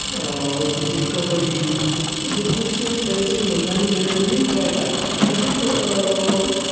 तुमचे कबड्डी अशे खुबशे तरेचीं मैदानी खेळ तुमी खेळटात तशेंच